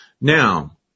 Now